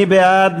מי בעד?